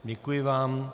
Děkuji vám.